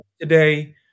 today